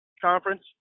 conference